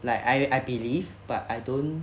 like I I believe but I don't